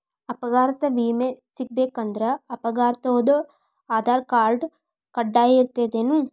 ಅಪಘಾತ್ ವಿಮೆ ಸಿಗ್ಬೇಕಂದ್ರ ಅಪ್ಘಾತಾದೊನ್ ಆಧಾರ್ರ್ಕಾರ್ಡ್ ಕಡ್ಡಾಯಿರ್ತದೇನ್?